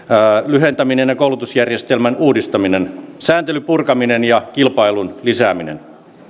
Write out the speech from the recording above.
lyhentäminen koulutusjärjestelmän uudistaminen sääntelyn purkaminen ja kilpailun lisääminen